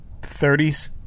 30s